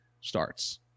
starts